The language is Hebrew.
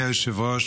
התשפ"ד 2024,